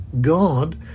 God